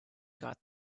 got